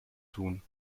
tun